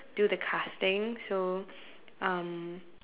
do the casting so um